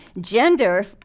gender